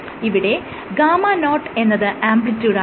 ഇവിടെ γ0 എന്നത് ആംപ്ലിട്യൂഡ് ആണ്